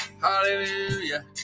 Hallelujah